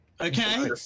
okay